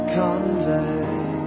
convey